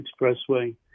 Expressway